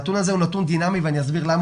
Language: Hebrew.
הנתון הזה הוא נתון דינמי ואני אסביר למה